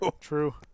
True